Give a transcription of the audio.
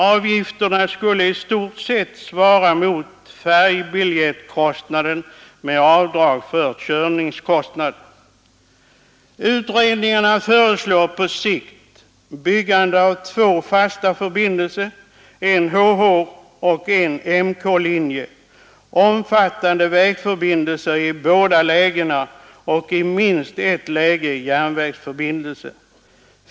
Avgifterna skulle i stort sett svara mot färjebiljettkostnaden med avdrag för körningskostnaden. Utredningarna föreslår på sikt byggande av två fasta förbindelser, en HH och en MK-linje omfattande vägförbindelser i båda lägena och i minst ett läge järnvägsförbindelse.